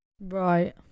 Right